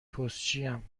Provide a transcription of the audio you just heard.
پستچیم